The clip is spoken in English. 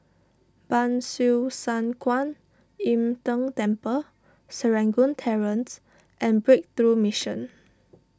Ban Siew San Kuan Im Tng Temple Serangoon Terrace and Breakthrough Mission